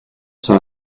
sur